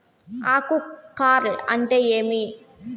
ఆకు కార్ల్ అంటే ఏమి?